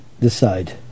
decide